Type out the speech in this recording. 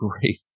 great